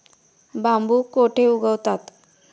बांबू कुठे उगवतात?